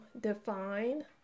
define